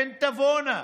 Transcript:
הן תבואנה.